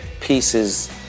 pieces